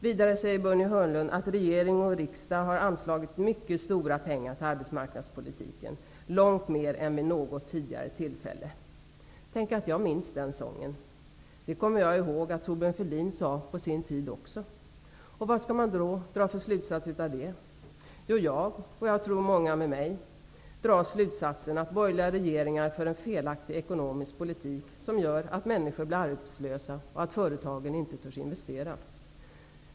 Vidare säger Börje Hörnlund att regering och riksdag har anslagit mycket stora pengar till arbetsmarknadspolitiken, långt mer än vid något tidigare tillfälle. Tänk att jag minns den sången! Det kommer jag ihåg att Thorbjörn Fälldin sade på sin tid också. Vilken slutsats skall man dra av det? Jo, jag -- och många med mig -- drar slutsatsen att borgerliga regeringar för en felaktig ekonomisk politik, som gör att människor blir arbetslösa och att företagen inte törs investera.